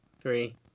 three